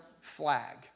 flag